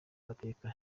mateka